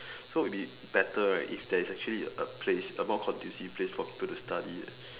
so it will be better right if there's actually a place a more conducive place for people to study at